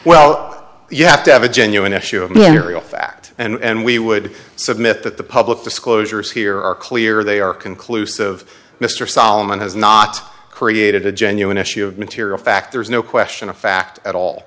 well you have to have a genuine issue of material fact and we would submit that the public disclosures here are clear they are conclusive mr solomon has not created a genuine issue of material fact there is no question of fact at all